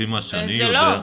זה לא.